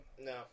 No